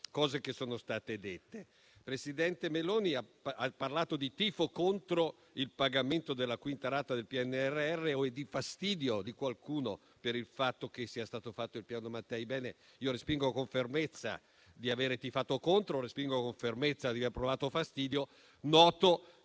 cose che sono state dette. Il presidente Meloni ha parlato di tifo contro il pagamento della quinta rata del PNRR o di fastidio di qualcuno per il fatto che sia stato fatto il Piano Mattei. Ebbene, io respingo con fermezza l'accusa di avere tifato contro e di aver provato fastidio. Noto